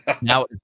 Now